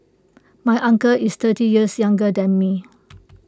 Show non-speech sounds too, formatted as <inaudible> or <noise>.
my uncle is thirty years younger than me <noise>